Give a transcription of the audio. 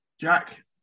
Jack